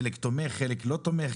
חלק תומך חלק לא תומך,